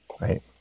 Right